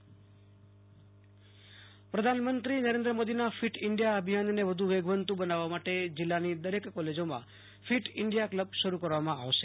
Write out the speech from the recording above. આશુ તોષ Antani Kutch fit India પ્રધાનમંત્રી નરેન્દ્ર મોદીના fit India અભિયાનને વધુ વેગવંતું બનાવવા માટે જિલ્લાની દરેક કોલેજોમાં ફિટ ઈન્ડિયા કલબ શરૂ કરવામાં આવશે